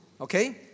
okay